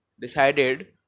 decided